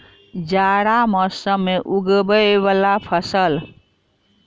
जाड़ा मौसम मे उगवय वला फसल?